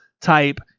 type